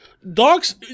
Dogs